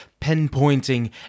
pinpointing